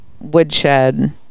Woodshed